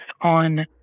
on